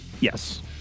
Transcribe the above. Yes